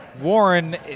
Warren